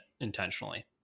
intentionally